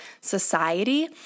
society